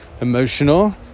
emotional